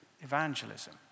evangelism